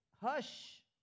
hush